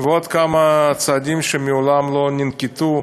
ועוד כמה צעדים שמעולם לא ננקטו,